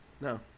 No